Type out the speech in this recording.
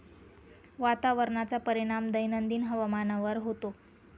वातावरणाचा परिणाम दैनंदिन हवामानावर होतो